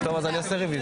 אנחנו נעביר.